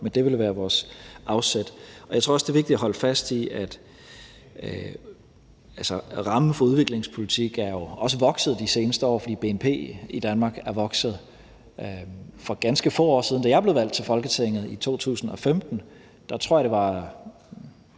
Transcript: men det vil være vores afsæt. Jeg tror også, det er vigtigt at holde fast i, at rammen for udviklingspolitik er vokset de seneste år, fordi Danmarks bnp er vokset. For ganske få år siden, da jeg blev valgt til Folketinget i 2015, tror jeg det var